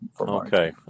okay